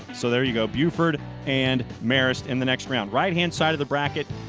so there you go. buford and marist in the next round. right-hand side of the bracket,